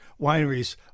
wineries